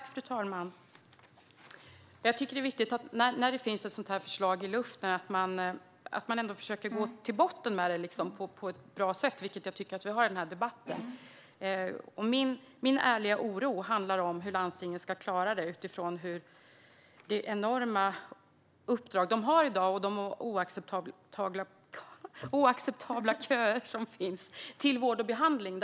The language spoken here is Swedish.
Fru talman! När det finns ett sådant här förslag tycker jag att det är viktigt att man ändå försöker gå till botten med det på ett bra sätt, vilket jag tycker att vi har gjort i denna debatt. Min ärliga oro handlar om hur landstingen ska klara detta med tanke på det enorma uppdrag de har i dag och de oacceptabla köerna till vård och behandling.